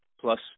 plus